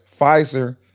Pfizer